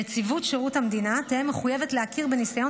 נציבות שירות המדינה תהיה מחויבת להכיר בניסיון